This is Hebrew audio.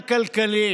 כלכלי,